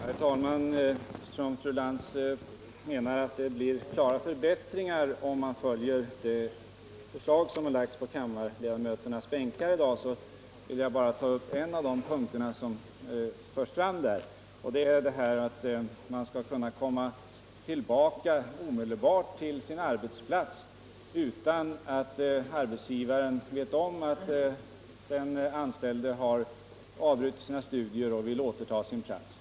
Herr talman! Efiersom fru Lantz menar att det blir klara förbättringar om man följer det förslag som lagts på kammarledamöternas bänkar i dag vill jag bara ta upp en av de punkter som förslaget innehåller. nämligen att en arbetstagaro skall kunna komma tillbaka till sin arbetsplats omedelbart, utan att arbetsgivaren vet om att den anställde har avslutat sina studier och vill återta sin plats.